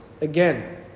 again